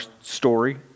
story